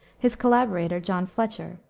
his collaborator, john fletcher,